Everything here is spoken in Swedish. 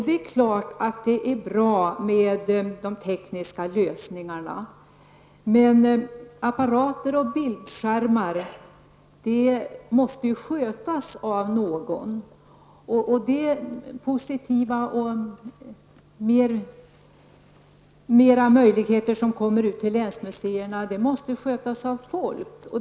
Det är klart att det är bra med de tekniska lösningarna. Men apparater och bildskärmar måste ju skötas av någon. De nya positiva möjligheter som länsmuseerna nu får måste tas till vara av människor.